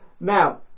Now